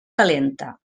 calenta